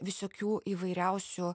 visokių įvairiausių